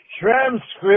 Transcript